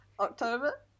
October